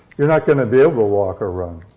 you're not going to be able to walk or run.